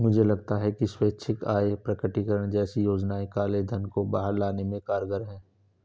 मुझे लगता है कि स्वैच्छिक आय प्रकटीकरण जैसी योजनाएं काले धन को बाहर लाने में कारगर हैं